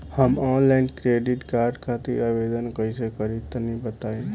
हम online credit card खातिर आवेदन कइसे करि तनि बताई?